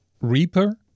Reaper